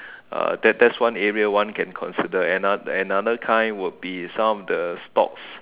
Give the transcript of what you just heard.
uh that that's one area one can consider another another kind would be some of the stocks